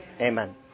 Amen